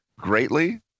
greatly